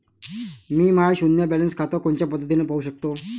मी माय शुन्य बॅलन्स खातं कोनच्या पद्धतीनं पाहू शकतो?